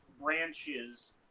branches